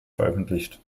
veröffentlicht